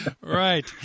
Right